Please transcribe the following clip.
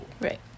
Right